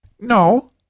No